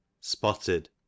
spotted